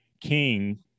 King